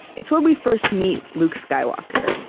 it's where we first meet luke skywalker,